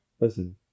Listen